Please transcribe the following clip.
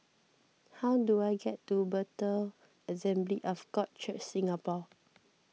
how do I get to Bethel Assembly of God Church Singapore